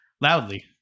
loudly